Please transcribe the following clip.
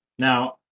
Now